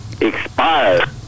expired